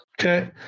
Okay